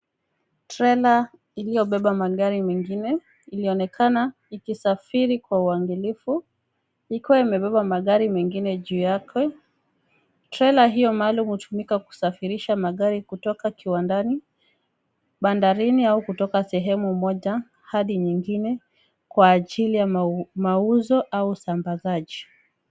Trela iliyobeba magari mengine ilionekana ikisafiri kwa uangalifu ikiwa imebeba magari mengine juu yake. Trela hiyo maalum hutumika kusafirisha magari kutoka kiwandani, bandarini au kutoka sehemu moja hadi nyingine kwa ajili ya mauzo au usambazaji.